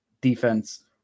defense